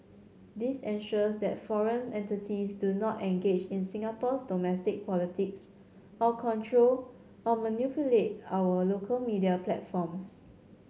this ensures that foreign entities do not engage in Singapore's domestic politics or control or manipulate our local media platforms